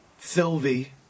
Sylvie